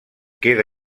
queda